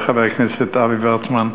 חבר הכנסת אבי וורצמן.